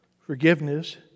forgiveness